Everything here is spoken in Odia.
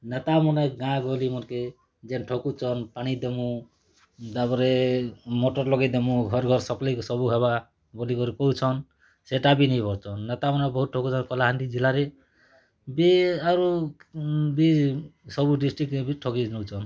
ନେତାମନେ ଗାଁ ଗହଲି ମନକେ ଯେନ୍ ଠକୁଛନ୍ ପାଣି ଦମୁ ତା'ପରେ ମଟର୍ ଲଗେଇ ଦମୁ ଘରେ ଘର ସପ୍ଲାଏ ସବୁ ହବା ବୋଲି କରି କହୁଛନ୍ ସେଇଟା ବି ନେଇଁ ହଏ ନେତାମାନେ ବହୁତ ଠକୁଛନ୍ କଳାହାଣ୍ଡି ଜିଲ୍ଲାରେ ବି ଆରୁ ବି ସବୁ ଡିଷ୍ଟ୍ରିକ୍ରେ ବି ଠକିକି ନଉଛନ୍